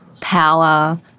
power